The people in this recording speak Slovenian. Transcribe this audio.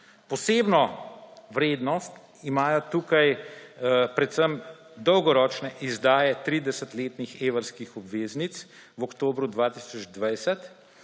Posebno vrednost imajo tukaj predvsem dolgoročne izdaje 30-letnih evrskih obveznic v oktobru 2020